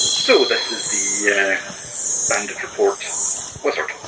so this is the banded report wizard.